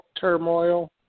turmoil